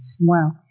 Wow